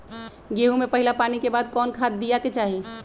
गेंहू में पहिला पानी के बाद कौन खाद दिया के चाही?